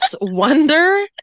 wonder